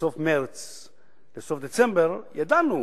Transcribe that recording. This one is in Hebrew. מסוף מרס לסוף דצמבר, ידענו